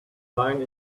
line